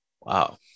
Wow